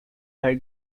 are